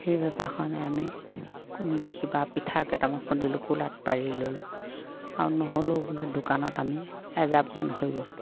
সেই পেপাৰখনে আমি কোনোবাই কিবা পিঠা কেইটামান খুন্দিলোঁ কুলাত পাৰি ল'লোঁ আৰু নহ'লেও বোলে দোকানত আমি এজাপমান হৈ গ'ল